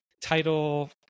title